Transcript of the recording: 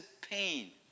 pain